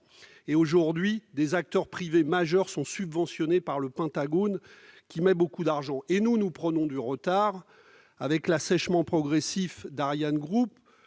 Aujourd'hui, des acteurs privés majeurs sont subventionnés par le Pentagone, qui y consacre beaucoup d'argent. Pendant ce temps, nous prenons du retard, avec l'assèchement progressif d'ArianeGroup